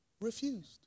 refused